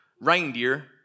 reindeer